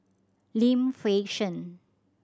Lim Fei Shen